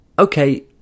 Okay